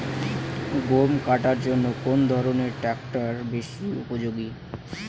গম কাটার জন্য কোন ধরণের ট্রাক্টর বেশি উপযোগী?